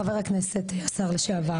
חבר הכנסת השר לשעבר.